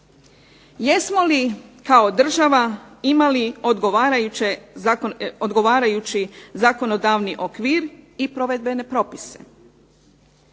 jesmo li kao država imali odgovarajući zakonodavni okvir i provedbene propise.